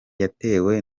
yatewe